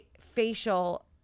facial